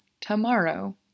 tomorrow